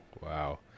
wow